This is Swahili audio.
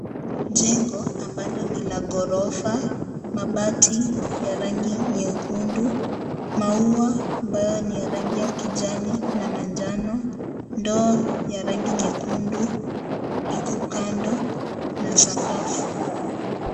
Jengo ambalo ni la ghorofa , mabati ya rangi nyekundu, maua ambao ni ya rangi ya kijani na manjano ndoo yenye rangi ya nyekundu iko kando na sakafu.